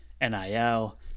NIL